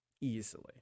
easily